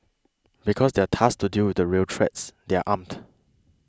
because they are tasked to deal with real threats they are armed